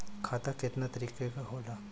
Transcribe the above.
खाता केतना तरीका के होला?